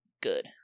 good